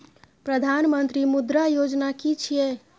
प्रधानमंत्री मुद्रा योजना कि छिए?